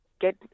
get